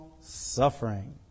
suffering